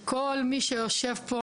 שכל מי שיושב פה,